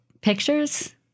Pictures